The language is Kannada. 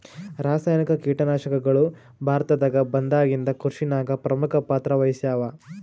ರಾಸಾಯನಿಕ ಕೀಟನಾಶಕಗಳು ಭಾರತದಾಗ ಬಂದಾಗಿಂದ ಕೃಷಿನಾಗ ಪ್ರಮುಖ ಪಾತ್ರ ವಹಿಸ್ಯಾವ